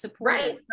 right